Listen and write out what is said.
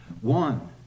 one